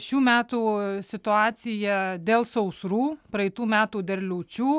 šių metų situacija dėl sausrų praeitų metų der liūčių